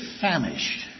famished